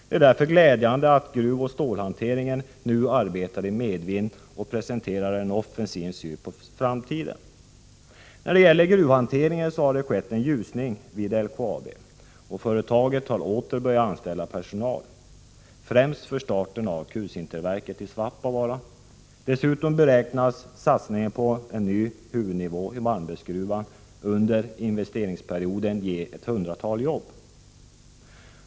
Det är därför glädjande att gruvoch stålhanteringen nu arbetar i medvind och presenterar en offensiv syn på framtiden. När det gäller gruvhanteringen så har det skett en ljusning vid LKAB, och företaget har åter börjat anställa personal, främst för starten av kulsinterverket i Svappavaara. Dessutom beräknas satsningen på en ny huvudnivå i Malmbergsgruvan under investeringsperioden ge ett hundratal jobb.